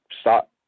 stop